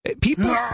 People